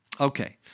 okay